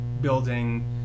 building